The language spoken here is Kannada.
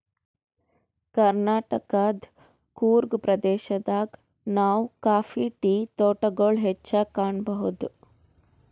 ಕರ್ನಾಟಕದ್ ಕೂರ್ಗ್ ಪ್ರದೇಶದಾಗ್ ನಾವ್ ಕಾಫಿ ಟೀ ತೋಟಗೊಳ್ ಹೆಚ್ಚಾಗ್ ಕಾಣಬಹುದ್